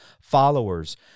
followers